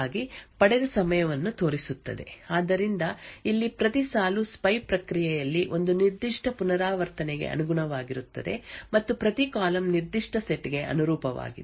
ಆದ್ದರಿಂದ ಈ ನಿರ್ದಿಷ್ಟ ಕಥಾವಸ್ತುವು ಪ್ರೋಬ್ ಹಂತಕ್ಕಾಗಿ ಪಡೆದ ಸಮಯವನ್ನು ತೋರಿಸುತ್ತದೆ ಆದ್ದರಿಂದ ಇಲ್ಲಿ ಪ್ರತಿ ಸಾಲು ಸ್ಪೈ ಪ್ರಕ್ರಿಯೆಯಲ್ಲಿ ಒಂದು ನಿರ್ದಿಷ್ಟ ಪುನರಾವರ್ತನೆಗೆ ಅನುಗುಣವಾಗಿರುತ್ತದೆ ಮತ್ತು ಪ್ರತಿ ಕಾಲಮ್ ನಿರ್ದಿಷ್ಟ ಸೆಟ್ ಗೆ ಅನುರೂಪವಾಗಿದೆ